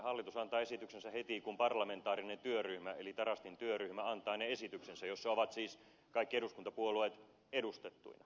hallitus antaa esityksensä heti kun parlamentaarinen työryhmä eli tarastin työryhmä antaa ne esityksensä joissa ovat siis kaikki eduskuntapuolueet edustettuina